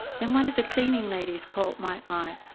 then one of the cleaning ladies caught my eye.